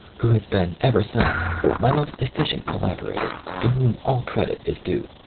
who has been ever since my most efficient collaborator, to whom all credit is due.